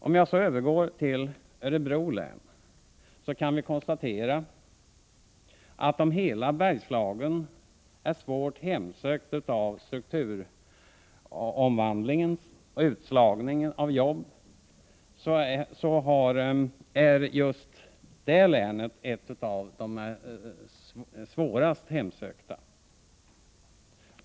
Om jag så får övergå till Örebro län, kan vi konstatera att om hela Bergslagen är svårt hemsökt av strukturomvandlingens utslagning av jobb så är just det länet ett av det svårast hemsökta.